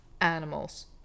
animals